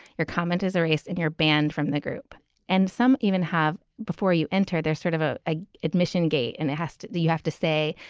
your comment is their ace in your band from the group and some even have before you enter their sort of a ah admission gate and asked, do you have to say,